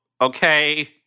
okay